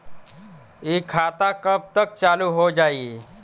इ खाता कब तक चालू हो जाई?